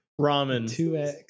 ramen